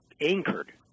anchored